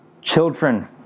children